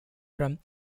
from